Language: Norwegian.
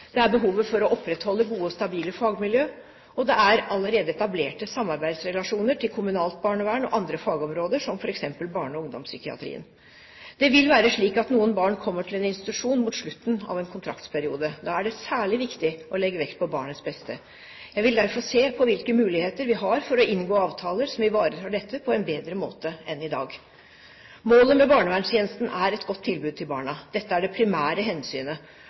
Det er behovet for å opprettholde gode og stabile fagmiljø. Det er allerede etablerte samarbeidsrelasjoner til kommunalt barnevern og andre fagområder, som f.eks. barne- og ungdomspsykiatrien. Det vil være slik at noen barn kommer til en institusjon mot slutten av en kontraktsperiode. Da er det særlig viktig å legge vekt på barnets beste. Jeg vil derfor se på hvilke muligheter vi har for å inngå avtaler som ivaretar dette på en bedre måte enn i dag. Målet med barnevernstjenesten er et godt tilbud til barna. Dette er det primære hensynet.